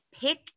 pick